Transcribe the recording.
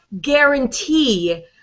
guarantee